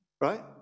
right